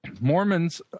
Mormons